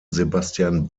sebastian